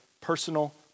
personal